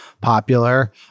popular